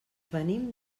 venim